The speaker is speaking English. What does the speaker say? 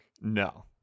no